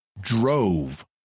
drove